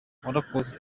warakoze